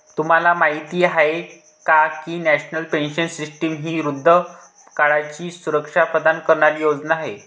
तुम्हाला माहिती आहे का की नॅशनल पेन्शन सिस्टीम ही वृद्धापकाळाची सुरक्षा प्रदान करणारी योजना आहे